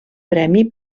premi